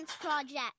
project